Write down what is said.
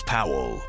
Powell